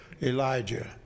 Elijah